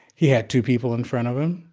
he had two people in front of him.